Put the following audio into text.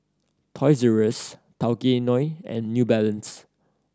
Toys Z Rs Tao Kae Noi and New Balance